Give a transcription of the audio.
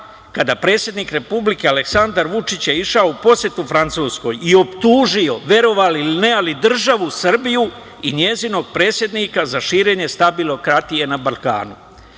kada je predsednik Republike Aleksandar Vučić išao u posetu Francuskoj i optužio, verovali ili ne, ali državu Srbiju i njenog predsednika za širenje stabilokratije na Balkanu. Tako